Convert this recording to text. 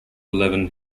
eleven